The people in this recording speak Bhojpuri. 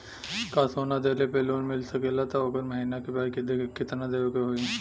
का सोना देले पे लोन मिल सकेला त ओकर महीना के ब्याज कितनादेवे के होई?